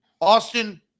Austin